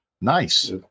Nice